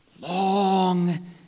Long